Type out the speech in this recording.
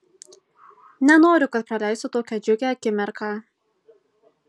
nenoriu kad praleistų tokią džiugią akimirką